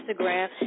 Instagram